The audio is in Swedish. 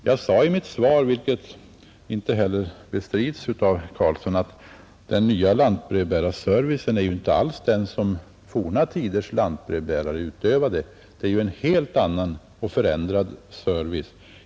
Jag har i mitt svar framhållit — och det har inte heller bestridits av herr Carlsson — att den nya lantbrevbärarservicen inte alls är densamma som den forna tiders lantbrevbärare lämnade, utan en helt annan och förbättrad service.